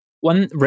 one